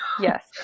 yes